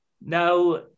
Now